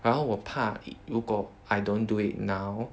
然后我怕如果 I don't do it now